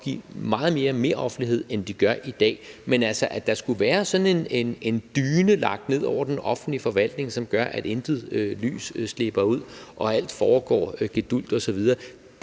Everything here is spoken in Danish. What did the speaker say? give meget mere meroffentlighed, end de gør i dag, men at der skulle være sådan en dyne lagt ned over den offentlige forvaltning, som gør, at intet lys slipper ud, og at alt foregår gedulgt osv.,